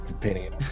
painting